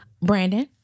Brandon